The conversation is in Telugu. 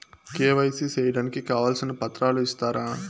కె.వై.సి సేయడానికి కావాల్సిన పత్రాలు ఇస్తారా?